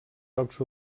jocs